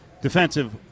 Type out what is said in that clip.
defensive